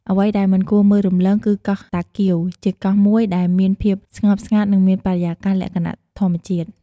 អ្វីដែលមិនគួរមើលរំលង គឺកោះតាកៀវ ជាកោះមួយទៀតដែលមានភាពស្ងប់ស្ងាត់ និងមានបរិយាកាសលក្ខណៈធម្មជាតិ។